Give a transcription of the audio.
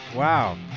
Wow